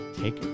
take